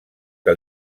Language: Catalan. que